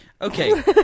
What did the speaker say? Okay